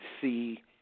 see